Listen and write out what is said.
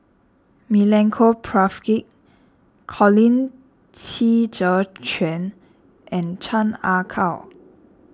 Milenko Prvacki Colin Qi Zhe Quan and Chan Ah Kow